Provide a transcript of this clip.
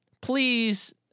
Please